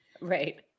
Right